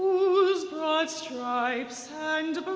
whose broad stripes and